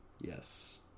Yes